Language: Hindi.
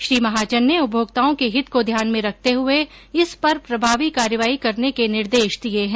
श्री महाजन ने उपभोक्ताओं के हित को ध्यान में रखते हुए इस पर प्रभावी कार्यवाही करने के निर्देश दिये हैं